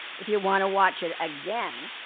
if you want to watch it again